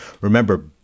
Remember